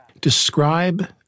Describe